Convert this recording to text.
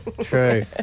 true